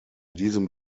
diesem